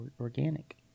organic